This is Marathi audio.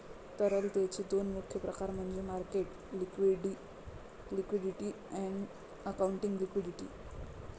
तरलतेचे दोन मुख्य प्रकार म्हणजे मार्केट लिक्विडिटी आणि अकाउंटिंग लिक्विडिटी